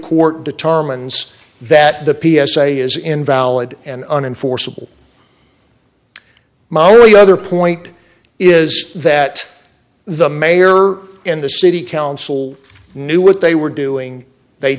court determines that the p s a is invalid and uninformed will mario other point is that the mayor and the city council knew what they were doing they